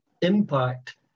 impact